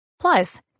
Plus